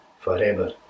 forever